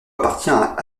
appartient